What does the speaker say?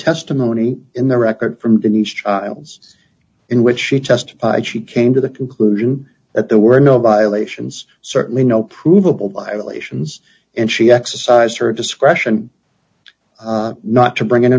testimony in the record from denise trials in which she testified she came to the conclusion that there were no violations certainly no provable violations and she exercised her discretion not to bring in